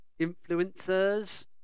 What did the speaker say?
influencers